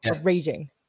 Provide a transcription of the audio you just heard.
Raging